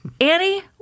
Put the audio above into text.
Annie